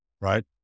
right